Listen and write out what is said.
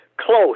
close